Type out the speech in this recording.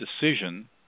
decision